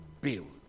build